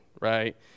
right